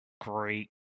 great